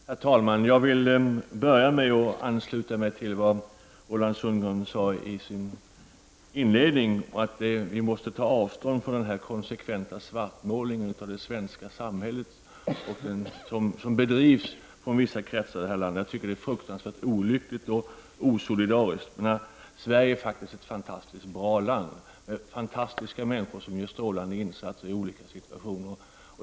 Herr talman! Jag vill börja med att ansluta mig till vad Roland Sundgren sade i sin inledning om att vi måste ta avstånd från den konsekventa svartmålning av det svenska samhället som bedrivs från vissa kretsar i detta land. Jag tycker att det är fruktansvärt olyckligt och osolidariskt. Sverige är ett fantastiskt bra land, med fantastiska människor som gör strålande insatser i olika situationer.